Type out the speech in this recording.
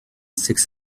six